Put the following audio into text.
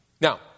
Now